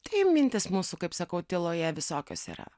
tai mintys mūsų kaip sakau tyloje visokios yra